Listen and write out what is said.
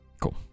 cool